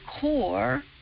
core